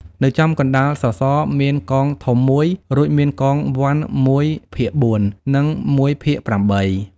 នៅចំកណ្ដាលសសរមានកងធំមួយ រួចមានកងវណ្ឌមួយភាគបួន និងមួយភាគប្រាំបី។